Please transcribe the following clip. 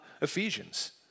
Ephesians